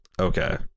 Okay